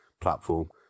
platform